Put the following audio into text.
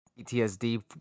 ptsd